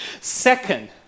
Second